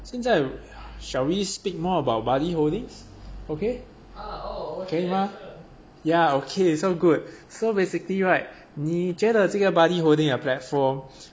现在 shall we speak more about buddy holdings okay 可以吗 ya okay so good so basically right 你觉得这个 buddy holding 的 platform